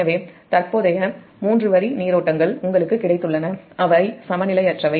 எனவே தற்போதைய 3 வரி நீரோட்டங்கள் உங்களுக்கு கிடைத்துள்ளன அவை சமநிலையற்றவை